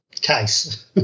case